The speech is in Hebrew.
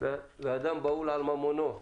ואדם בהול על ממונו,